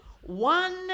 one